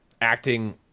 acting